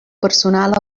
personal